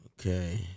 Okay